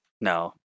No